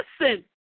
listen